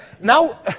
Now